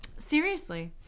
seriously.